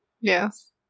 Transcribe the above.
yes